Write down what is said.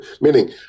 meaning